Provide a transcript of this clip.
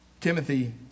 Timothy